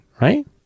right